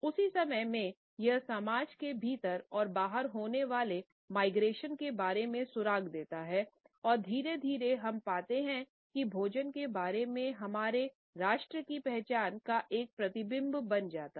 उस ही समय में यह समाज के भीतर और बाहर होने वाले माइग्रेशन के बारे में सुराग देता है और धीरे धीरे हम पाते हैं कि भोजन के बारे में हमारे राष्ट्रीय की पहचान का एक प्रतिबिंब बन जाता है